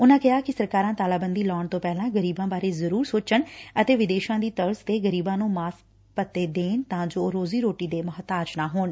ਉਨੂਾ ਕਿਹਾ ਕਿ ਸਰਕਾਰਾਂ ਤਾਲਾਬੰਦੀ ਲਾਉਣ ਤੋ ਪਹਿਲਾਂ ਗਰੀਬਾਂ ਬਾਰੇ ਜ਼ਰੁਰ ਸੋਚਣ ਅਤੇ ਵਿਦੇਸ਼ਾਂ ਦੀ ਤਰਜ਼ ਤੇ ਗਰੀਬਾ ਨੂੰ ਮਾਸਕ ਭੱਤੇ ਦੇਣ ਤਾਂ ਜੋ ਉਹ ਰੋਜੀ ਰੋਟੀ ਦੇ ਮੋਹਤਾਜ ਨਾ ਹੋਣ